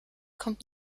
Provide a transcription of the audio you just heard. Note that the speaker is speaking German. kommt